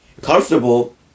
comfortable